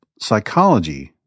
psychology